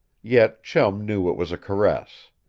yet chum knew it was a caress.